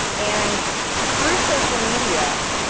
and through social media,